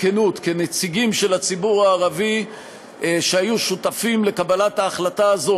בכנות: כנציגים של הציבור הערבי שהיו שותפים לקבלת ההחלטה הזו,